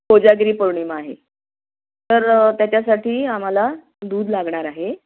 कोजागिरी पौर्णिमा आहे तर त्याच्यासाठी आम्हाला दूध लागणार आहे